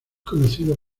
conocido